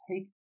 take